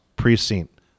precinct